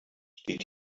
steht